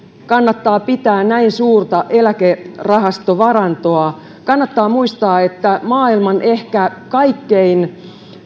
kannattaa pitää näin suurta eläkerahastovarantoa kannattaa muistaa että maailman ehkä kaikkein